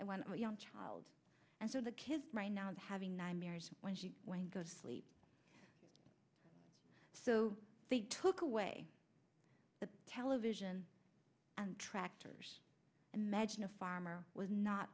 and one young child and so the kid right now is having nightmares when she went go to sleep so they took away the television and tractors imagine a farmer was not